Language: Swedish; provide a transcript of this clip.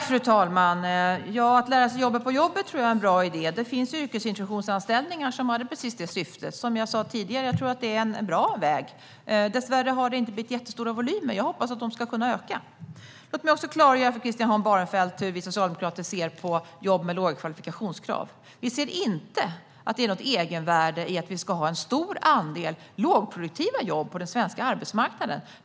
Fru talman! Att lära sig jobbet på jobbet tror jag är en bra idé. Det finns yrkesintroduktionsanställningar med precis detta syfte. Som jag sa tidigare tror jag att det är en bra väg. Dessvärre har volymerna inte blivit så stora, men jag hoppas att de ska kunna öka. Låt mig klargöra för Christian Holm Barenfeld hur vi socialdemokrater ser på jobb med låga kvalifikationskrav. Vi ser inte något egenvärde i att ha en stor andel lågproduktiva jobb på den svenska arbetsmarknaden.